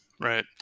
right